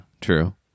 true